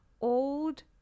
old